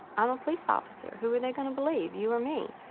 i'm a police officer. who are they going to believe, you or me?